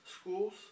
schools